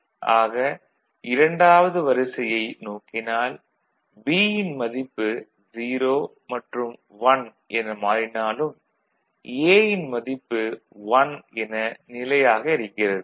ஆக இரண்டாவது வரிசையை நோக்கினால் B ன் மதிப்பு 0 மற்றும் 1 என மாறினாலும் A ன் மதிப்பு 1 என நிலையாக இருக்கிறது